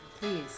Please